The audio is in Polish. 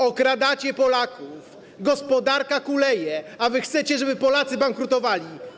Okradacie Polaków, gospodarka kuleje, a wy chcecie, żeby Polacy bankrutowali.